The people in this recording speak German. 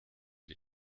die